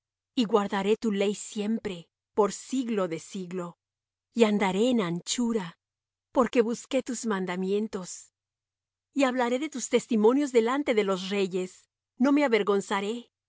y guardaré tu ley siempre por siglo de siglo y andaré en anchura porque busqué tus mandamientos y hablaré de tus testimonios delante de los reyes y no me avergonzaré y